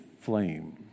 flame